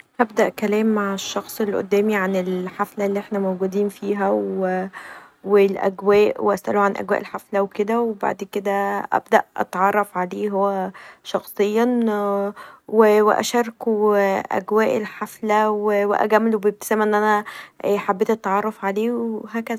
هبدا كلام مع الشخص اللي قدامي عن الحفله اللي احنا موجودين فيها و والاجواء و اساله عن اجواء الحفله و كدا بعد كدا ابدأ اتعرف عليه هو شخصيا و أشاركه اجواء الحفله و اجامله بابتسامه ان أنا حبيت التعرف عليه و هكذا.